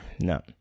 no